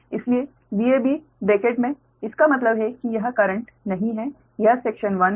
इसलिए Vab bracket मे इसका मतलब है कि यह करेंट नहीं है यह सेक्शन 1 है